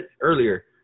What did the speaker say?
earlier –